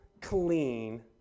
clean